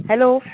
hello